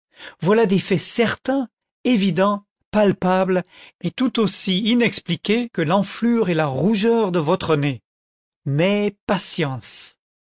yoilà des faits certains évidents palpables et tout aussi inexpliqués que l'enflure et la rougeur de votre nez mais patience